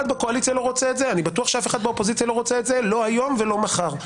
בקואליציה לא רוצה ואף אחד באופוזיציה לא רוצה שתהיה היום ומחר.